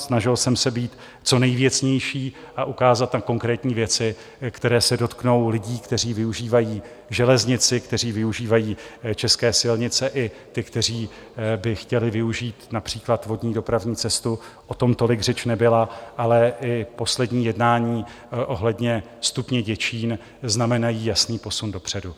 Snažil jsem se být co nejvěcnější a ukázat na konkrétní věci, které se dotknou lidí, kteří využívají železnici, kteří využívají české silnice, i těch, kteří by chtěli využít například vodní dopravní cestu, o tom tolik řeč nebyla, ale i poslední jednání ohledně stupně Děčín znamenají jasný posun dopředu.